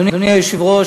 אדוני היושב-ראש,